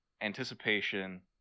anticipation